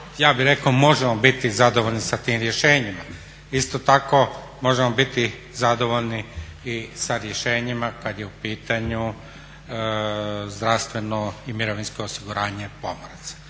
ja bi rekao možemo biti zadovoljni sa tim rješenjima. Isto tako možemo biti zadovoljni i sa rješenjima kad je u pitanju zdravstveno i mirovinsko osiguranje pomoraca.